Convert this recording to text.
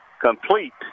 Complete